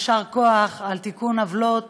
יישר כוח על תיקון עוולות